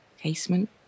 casement